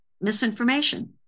misinformation